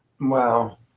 Wow